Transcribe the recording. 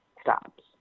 stops